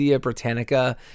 Britannica